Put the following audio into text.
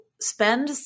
spend